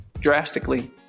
drastically